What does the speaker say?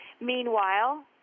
meanwhile